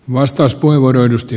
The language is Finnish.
arvoisa puhemies